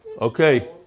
Okay